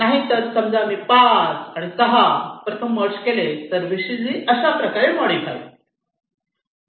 नाहीतर समजा मी 5 आणि 6 प्रथम मर्ज केले तर VCG अशाप्रकारे मॉडीफाय होईल